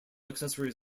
accessories